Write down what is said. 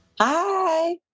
Hi